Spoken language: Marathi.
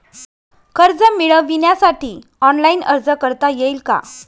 कर्ज मिळविण्यासाठी ऑनलाइन अर्ज करता येईल का?